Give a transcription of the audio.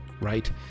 right